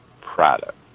product